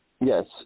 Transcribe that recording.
Yes